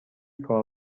کار